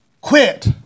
quit